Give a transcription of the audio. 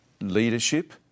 leadership